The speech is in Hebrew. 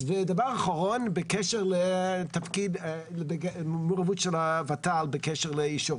דבר אחרון בקשר למעורבות של הות"ל בקשר לאישור.